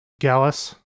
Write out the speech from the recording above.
Gallus